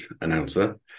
announcer